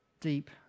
deep